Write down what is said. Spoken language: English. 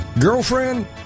Girlfriend